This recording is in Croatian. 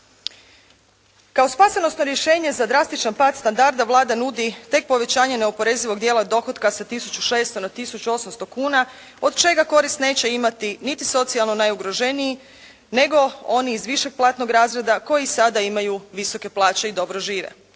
Kao spasonosno rješenje za drastičan pad standarda, Vlada nudi tek povećanje neoporezivog dijela dohotka sa tisuću 600 na tisuću 800 kuna, od čega korist neće imati niti socijalno najugroženiji, nego oni iz više platnog razreda koji sada imaju visoke plaće i dobro žive.